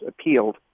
appealed